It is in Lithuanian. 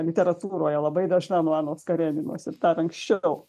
literatūroje labai dažna nuo anos kareninos ir dar anksčiau